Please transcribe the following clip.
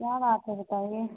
क्या बात है बताइए